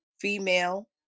female